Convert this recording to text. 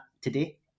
today